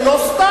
זה לא סתם,